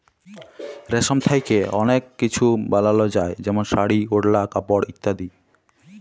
রেশম থ্যাকে অলেক কিছু বালাল যায় যেমল শাড়ি, ওড়লা, কাপড় ইত্যাদি